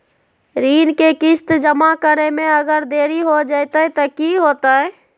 ऋण के किस्त जमा करे में अगर देरी हो जैतै तो कि होतैय?